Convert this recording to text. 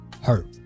Hurt